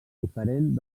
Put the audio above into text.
diferent